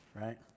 right